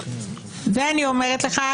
ואני אומרת לך,